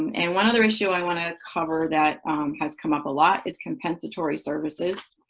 and one other issue i want to cover that has come up a lot is compensatory services.